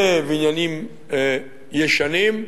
בבניינים ישנים,